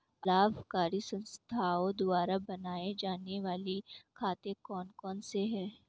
अलाभकारी संस्थाओं द्वारा बनाए जाने वाले खाते कौन कौनसे हैं?